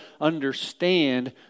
understand